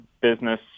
business